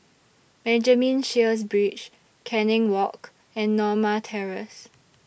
Benjamin Sheares Bridge Canning Walk and Norma Terrace